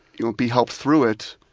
you know, be helped through it,